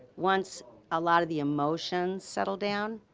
once a lot of the emotions settle down.